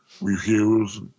reviews